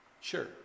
Sure